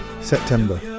september